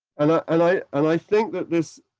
and ah and i and i think that this